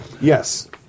Yes